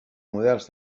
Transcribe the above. models